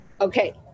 Okay